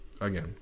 again